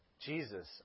Jesus